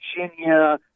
Virginia